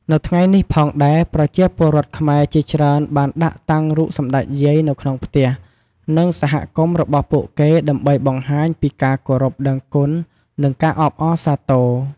នៅថ្ងៃនេះផងដែរប្រជាពលរដ្ឋខ្មែរជាច្រើនបានដាក់តាំងរូបសម្តេចយាយនៅក្នុងផ្ទះ និងសហគមន៍របស់ពួកគេដើម្បីបង្ហាញពីការគោរពដឹងគុណនិងការអបអរសាទរ។